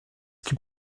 qu’il